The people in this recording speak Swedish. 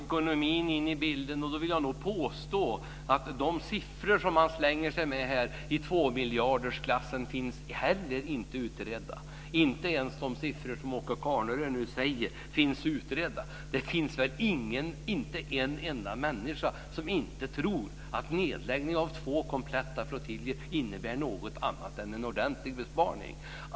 Fru talman! Nu kommer ekonomin in i bilden, och då vill jag nog påstå att de siffror som man slänger sig med här i tvåmiljardersklassen inte har utretts. Inte ens de siffror som Åke Carnerö nu anger finns utredda. Det finns väl inte en enda människa som inte tror att nedläggning av två kompletta flottiljer innebär något annat än en ordentlig besparing?